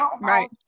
right